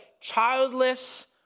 childless